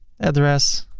address,